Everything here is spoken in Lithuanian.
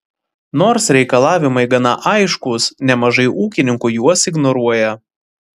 nors reikalavimai gana aiškūs nemažai ūkininkų juos ignoruoja